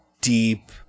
deep